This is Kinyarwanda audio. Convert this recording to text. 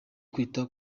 kwita